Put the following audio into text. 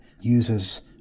uses